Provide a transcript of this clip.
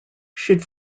should